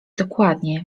dokładnie